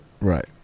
Right